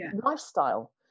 lifestyle